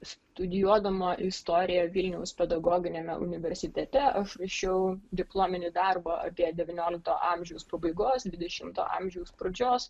studijuodama istoriją vilniaus pedagoginiame universitete aš rašiau diplominį darbą apie devyniolikto amžiaus pabaigos dvidešimto amžiaus pradžios